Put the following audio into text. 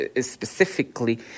specifically